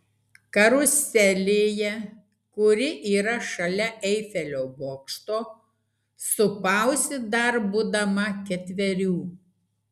karuselėje kuri yra šalia eifelio bokšto supausi dar būdama ketverių